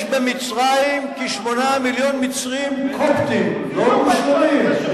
יש במצרים כ-8 מיליוני מצרים קופטים לא מוסלמים,